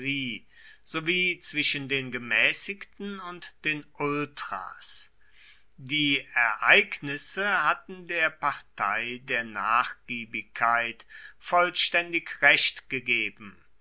sowie zwischen den gemäßigten und den ultras die ereignisse hatten der partei der nachgiebigkeit vollständig recht gegeben